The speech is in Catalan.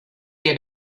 que